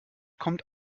kommt